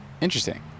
Interesting